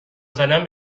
زدن